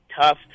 tough